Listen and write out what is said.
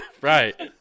right